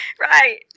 Right